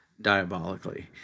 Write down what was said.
diabolically